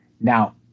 Now